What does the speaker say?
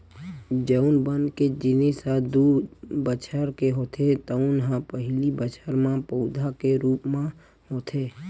जउन बन के जिनगी ह दू बछर के होथे तउन ह पहिली बछर म पउधा के रूप म होथे